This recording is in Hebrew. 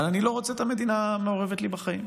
אבל אני לא רוצה את המדינה מעורבת לי בחיים.